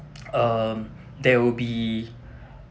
um there will be